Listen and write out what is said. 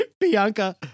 Bianca